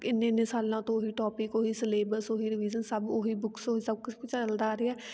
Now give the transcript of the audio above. ਇੰਨੇ ਇੰਨੇ ਸਾਲਾਂ ਤੋਂ ਉਹੀ ਟੋਪਿਕ ਉਹੀ ਸਿਲੇਬਸ ਉਹੀ ਰਿਵੀਜ਼ਨ ਸਭ ਉਹੀ ਬੁੱਕਸ ਉਹੀ ਸਭ ਕੁਛ ਕ ਚਲਦਾ ਆ ਰਿਹਾ